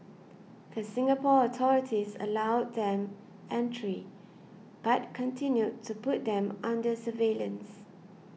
the Singapore authorities allowed them entry but continued to put them under surveillance